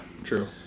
true